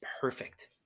perfect